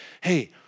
hey